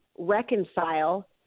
Reconcile